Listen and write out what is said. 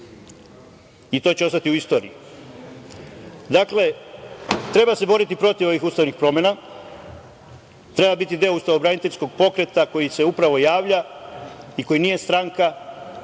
i to će ostati u istoriji. Treba se boriti protiv ovih ustavnih promena, treba biti deo ustavo-braniteljskog pokreta koji se upravo javlja, i koji nije stranka,